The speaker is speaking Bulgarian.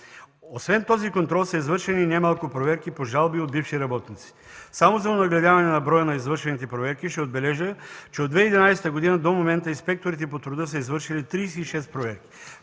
Освен този контрол, са извършени немалко проверки по жалби от бивши работници. Само за онагледяване на броя на извършените проверки ще отбележа, че от 2011 г. до момента инспекторите по труда са извършили 36 проверки.